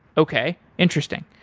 okay, interesting.